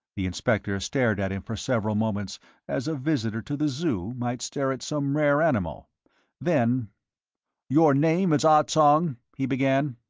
the inspector stared at him for several moments as a visitor to the zoo might stare at some rare animal then your name is ah tsong? he began.